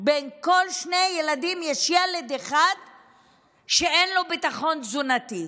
בין כל שני ילדים יש ילד אחד שאין לו ביטחון תזונתי.